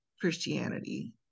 Christianity